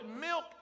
milk